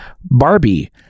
Barbie